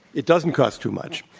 it doesn't cost too much.